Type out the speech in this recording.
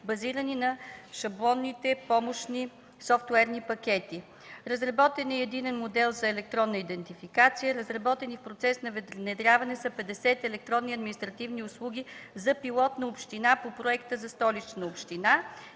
базирани на шаблонните помощни софтуерни пакети; разработен е и единен модел за електронна идентификация; в процес на внедряване са 50 електронни административни услуги за пилотна община по проекта за Столична община.